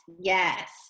yes